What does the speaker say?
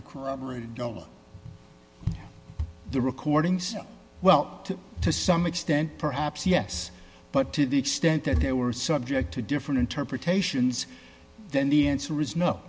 crabber a dollar the recordings well to some extent perhaps yes but to the extent that they were subject to different interpretations then the answer is no